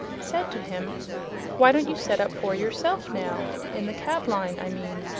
said to him why don't you set up for yourself now in the cab line, i mean?